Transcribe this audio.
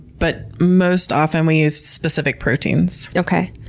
but most often we use specific proteins. okay,